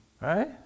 right